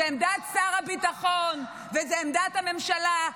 זו עמדת שר הביטחון וזו עמדת הממשלה.